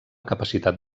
capacitat